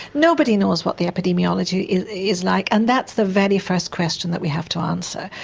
nobody knows what the epidemiology is like and that's the very first question that we have to answer.